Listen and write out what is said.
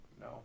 No